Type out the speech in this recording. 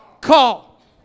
call